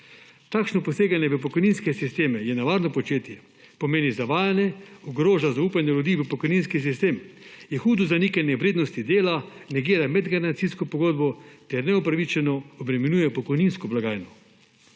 Takšno poseganje v pokojninske sisteme je nevarno početje, pomeni zavajanje, ogroža zaupanje ljudi v pokojninski sistem, je hudo zanikanje vrednosti dela, negira medgeneracijsko pogodbo ter neupravičeno obremenjuje pokojninsko blagajno.